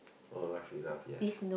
oh Wreck-It-Ralph yes